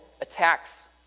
attacks